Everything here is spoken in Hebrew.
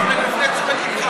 אני מפנה את תשומת ליבך.